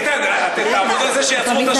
איתן, תעמוד על זה שיעצרו את השעון.